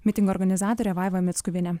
mitingo organizatorė vaiva mickuvienė